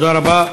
תודה רבה.